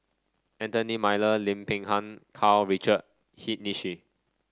Anthony Miller Lim Peng Han Karl Richard Hanitsch